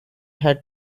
had